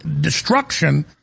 destruction